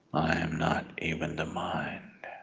not even the mind.